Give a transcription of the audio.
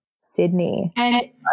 Sydney